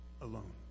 alone